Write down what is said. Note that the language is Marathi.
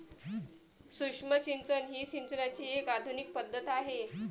सूक्ष्म सिंचन ही सिंचनाची एक आधुनिक पद्धत आहे